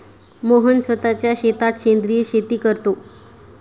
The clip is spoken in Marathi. मोहन स्वतःच्या शेतात सेंद्रिय शेती करतो